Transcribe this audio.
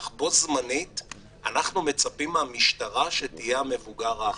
אך בו זמנית אנחנו מצפים מהמשטרה שתהיה המבוגר האחראי.